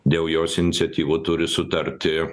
dėl jos iniciatyvų turi sutarti